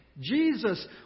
Jesus